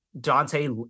Dante